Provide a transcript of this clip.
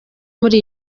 muri